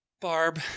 Barb